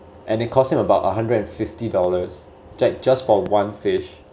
and it cost him about a hundred and fifty dollars just for one fish